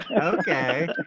Okay